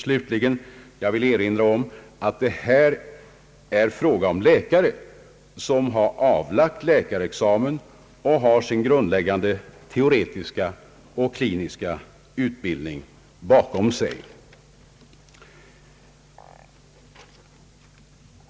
Slutligen vill jag erinra om att det här är fråga om läkare som avlagt läkarexamen och har sin grundläggande teoretiska och kliniska utbildning bakom sig.